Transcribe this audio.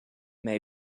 may